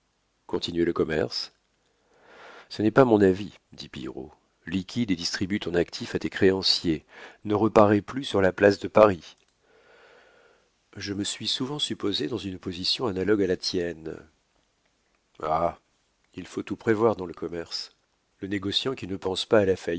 continuer le commerce ce n'est pas mon avis dit pillerault liquide et distribue ton actif à tes créanciers ne reparais plus sur la place de paris je me suis souvent supposé dans une position analogue à la tienne ah il faut tout prévoir dans le commerce le négociant qui ne pense pas à la